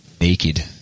Naked